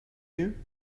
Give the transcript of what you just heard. you